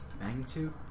Magnitude